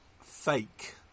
fake